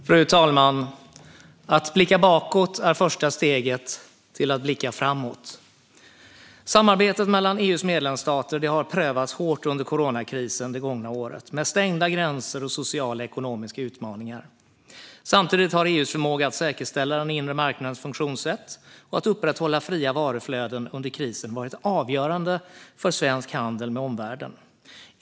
Fru talman! Att blicka bakåt är första steget mot att blicka framåt. Samarbetet mellan EU:s medlemsstater har prövats hårt under coronakrisen det gångna året, med stängda gränser och sociala och ekonomiska utmaningar. Samtidigt har EU:s förmåga att säkerställa den inre marknadens funktionssätt och att upprätthålla fria varuflöden under krisen varit avgörande för svensk handel med omvärlden.